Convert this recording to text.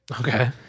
okay